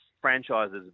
franchises